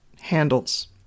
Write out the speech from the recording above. handles